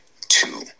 Two